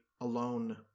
alone